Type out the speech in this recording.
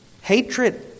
Hatred